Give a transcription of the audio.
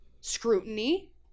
scrutiny